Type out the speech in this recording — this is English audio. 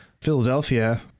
Philadelphia